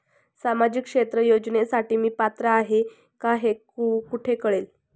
सामाजिक क्षेत्र योजनेसाठी मी पात्र आहे का हे कुठे कळेल?